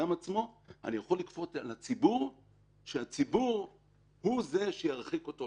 אני יכול לכפות על הציבור כך שהציבור הוא זה שירחיק אותו,